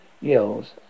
Yells